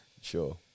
Sure